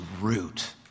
root